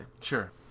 Sure